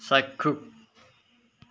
চাক্ষুষ